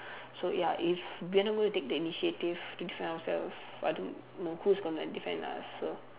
so ya if we are not gonna take the initiative to defend ourselves I don't know who's gonna defend us so